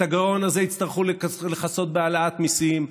את הגירעון הזה יצטרכו לכסות בהעלאת מיסים,